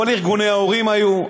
כל ארגוני ההורים היו.